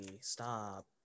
Stop